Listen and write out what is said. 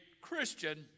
Christian